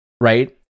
right